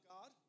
God